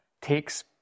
takes